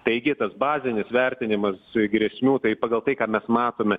taigi tas bazinis vertinimas grėsmių tai pagal tai ką mes matome